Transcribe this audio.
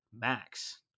Max